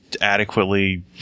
adequately